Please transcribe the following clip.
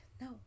no